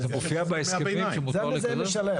זה מופיע בהסכמים, שמותר לקזז?